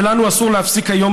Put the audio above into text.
ולנו אסור להפסיק היום,